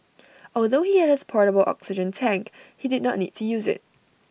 although he had his portable oxygen tank he did not need to use IT